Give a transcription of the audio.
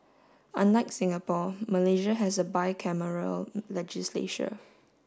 unlike Singapore Malaysia has a bicameral legislature